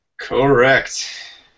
Correct